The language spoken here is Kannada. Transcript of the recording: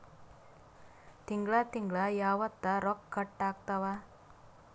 ತಿಂಗಳ ತಿಂಗ್ಳ ಯಾವತ್ತ ರೊಕ್ಕ ಕಟ್ ಆಗ್ತಾವ?